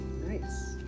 Nice